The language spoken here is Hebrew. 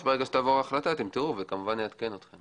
ברגע שתעבור החלטה אתם תראו ונעדכן אתכם.